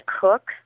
cook